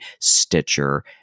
Stitcher